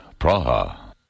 Praha